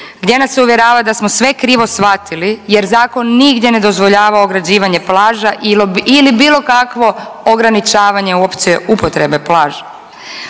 gdje nas se uvjerava da smo sve krivo shvatili jer zakon nigdje ne dozvoljava ograđivanje plaža ili bilo kakvo ograničavanje uopće upotrebe plaže.